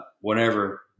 whenever